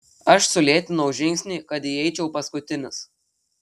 aš sulėtinau žingsnį kad įeičiau paskutinis